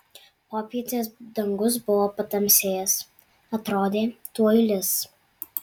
popietės dangus buvo patamsėjęs atrodė tuoj lis